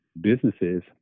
businesses